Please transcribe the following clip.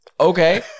okay